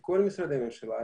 כל משרדי הממשלה,